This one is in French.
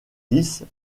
lisse